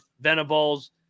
Venables